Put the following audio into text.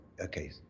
okay